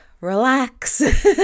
relax